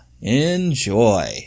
Enjoy